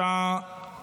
בשעה